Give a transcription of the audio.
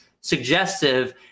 suggestive